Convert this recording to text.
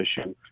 issue